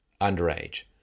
underage